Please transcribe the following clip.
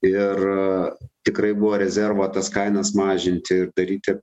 ir tikrai buvo rezervo tas kainas mažinti daryti